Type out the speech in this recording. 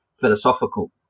philosophical